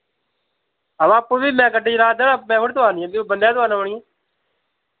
हां वा आपूं फ्ही में गड्डी चला दा में थोह्ड़ी तोआरनी ऐ फ्ही ओह् बंदें तोआरने पौनी ऐ